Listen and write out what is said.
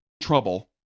trouble